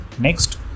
Next